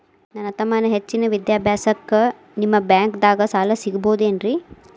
ನನ್ನ ತಮ್ಮಗ ಹೆಚ್ಚಿನ ವಿದ್ಯಾಭ್ಯಾಸಕ್ಕ ನಿಮ್ಮ ಬ್ಯಾಂಕ್ ದಾಗ ಸಾಲ ಸಿಗಬಹುದೇನ್ರಿ?